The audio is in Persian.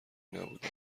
نبودم